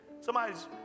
Somebody's